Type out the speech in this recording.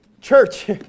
church